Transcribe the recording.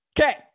Okay